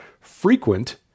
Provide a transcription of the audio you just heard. frequent